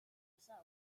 myself